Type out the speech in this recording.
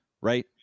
Right